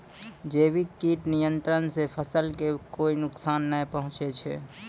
जैविक कीट नियंत्रण सॅ फसल कॅ कोय नुकसान नाय पहुँचै छै